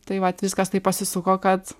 tai vat viskas taip pasisuko kad